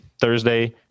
Thursday